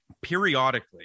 periodically